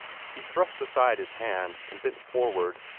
he thrust aside his hand, and bent forward,